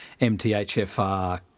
MTHFR-